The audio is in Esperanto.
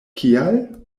kial